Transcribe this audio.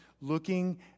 looking